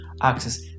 access